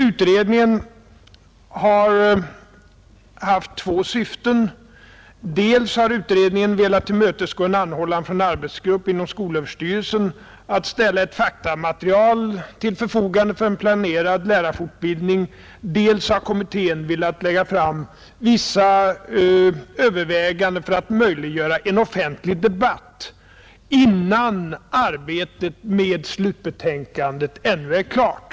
Utredningen har velat dels tillmötesgå en anhållan från en arbetsgrupp inom skolöverstyrelsen att ställa faktamaterial till förfogande för en planerad lärarfortbildning, dels lägga fram vissa överväganden för att möjliggöra en offentlig debatt, innan arbetet med slutbetänkandet ännu är klart.